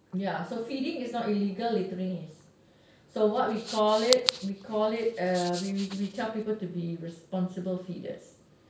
ya so feeding is not illegal littering is so what we call it we call it uh we we tell people to be responsible feeders